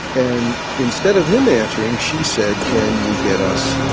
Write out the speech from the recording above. and instead of him answering, she said, can you get us